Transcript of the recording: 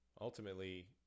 ultimately